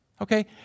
okay